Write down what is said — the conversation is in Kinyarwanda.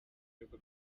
y’uko